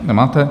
Nemáte.